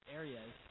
areas